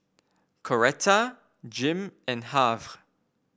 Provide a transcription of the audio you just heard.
Coretta Jim and Harve